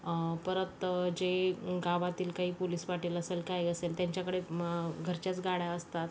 परत जे गावातील काही पोलीस पाटील असेल काय असेल त्यांच्याकडे घरच्याच गाड्या असतात